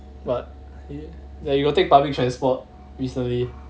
but you you got take public transport recently